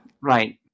Right